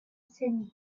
sydney